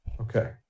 Okay